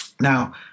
Now